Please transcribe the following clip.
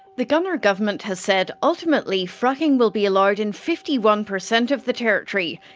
the gunner government has said, ultimately, fracking will be allowed in fifty one per cent of the territory.